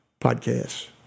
podcasts